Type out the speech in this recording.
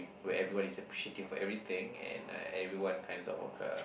where everyone is appreciative of everything and uh everyone kinds of work a